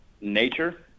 nature